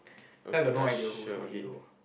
okay uh sure okay